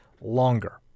longer